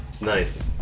Nice